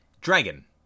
dragon